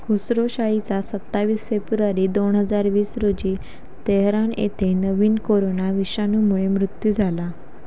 खुसरोशाहीचा सत्तावीस फेब्रुवारी दोन हजार वीस रोजी तेहरान येथे नवीन कोरोना विषाणूमुळे मृत्यू झाला